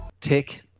tick